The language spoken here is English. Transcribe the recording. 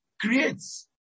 creates